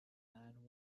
ann